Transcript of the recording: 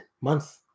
month